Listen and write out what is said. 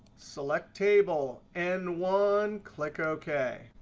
select table, and one, click ok.